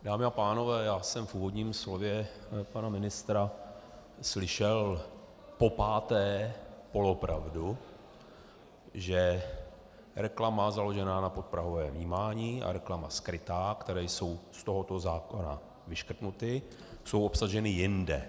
Dámy a pánové, já jsem v úvodním slově pana ministra slyšel popáté polopravdu, že reklama založená na podprahovém vnímání a reklama skrytá, které jsou z tohoto zákona vyškrtnuty, jsou obsaženy jinde.